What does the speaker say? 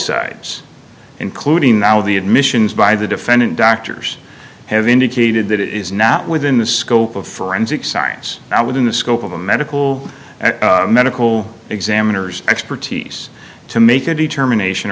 sides including now the admissions by the defendant doctors have indicated that it is not within the scope of forensic science and within the scope of a medical and medical examiners expertise to make a determination